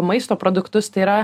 maisto produktus tai yra